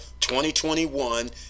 2021